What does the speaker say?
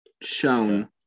shown